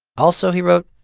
also, he wrote,